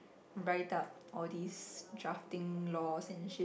write up all this drafting laws and shit